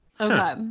okay